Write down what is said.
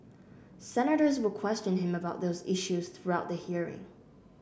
senators will question him about those issues throughout the hearing